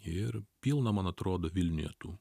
ir pilna man atrodo vilniuje tų